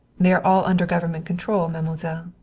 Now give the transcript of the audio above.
they are all under government control, mademoiselle.